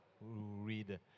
read